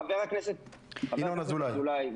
חבר הכנסת ינון אזולאי,